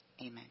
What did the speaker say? amen